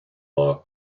law